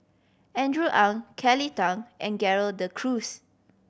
Andrew Ang Kelly Tang and Gerald De Cruz